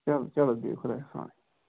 چلو چلو بِہِو خۄدایَس حوالہٕ